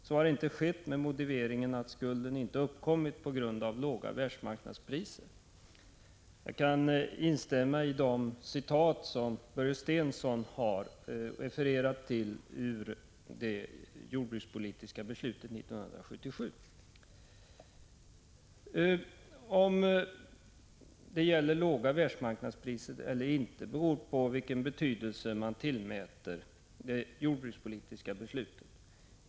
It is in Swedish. Så har inte skett med motiveringen att skulden inte uppkommit på grund av låga världsmarknadspriser. Jag instämmer i de citat som Börje Stensson refererade till ur det jordbrukspolitiska beslutet 1977. Om skulden uppkommit på grund av låga världsmarknadspriser eller inte beror på vilken betydelse man tillmäter 1977 års jordbrukspolitiska beslut.